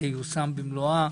תיושם במלואה.